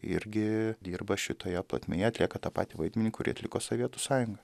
irgi dirba šitoje plotmėje atlieka tą patį vaidmenį kurį atliko sovietų sąjunga